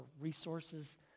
resources